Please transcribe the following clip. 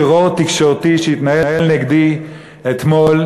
טרור תקשורתי שהתנהל נגדי אתמול,